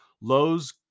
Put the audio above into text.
Lowe's